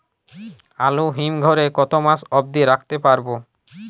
আলু হিম ঘরে কতো মাস অব্দি রাখতে পারবো?